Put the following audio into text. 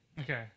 Okay